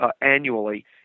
annually